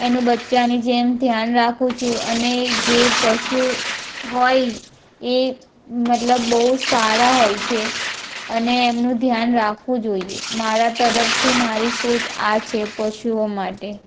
એનું બચ્ચાંની જેમ ધ્યાન રાખું છું અને જે પશુ હોય એ મતલબ બહુ સારા હોય છે અને એમનું ધ્યાન રાખવું જોઈએ મારા તરફથી મારી સોચ આ છે પશુઓ માટે